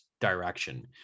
direction